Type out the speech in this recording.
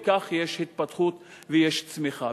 וכך יש התפתחות ויש צמיחה.